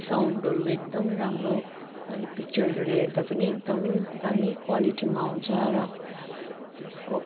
साउन्डहरू एकदम राम्रो मैले पिक्चरहरू हेर्दा पनि एकदम दामी क्वालिटीमा आउँछ र यसको